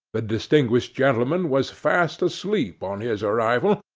the distinguished gentleman was fast asleep on his arrival,